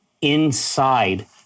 inside